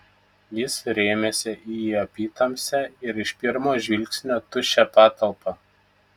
jis rėmėsi į apytamsę ir iš pirmo žvilgsnio tuščią patalpą